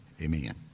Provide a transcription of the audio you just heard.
Amen